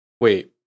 wait